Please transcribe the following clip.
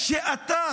שאתה,